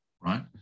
right